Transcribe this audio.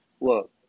look